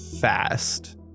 fast